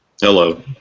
Hello